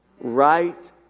Right